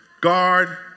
guard